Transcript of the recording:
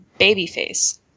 Babyface